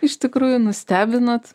iš tikrųjų nustebinot